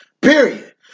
Period